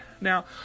Now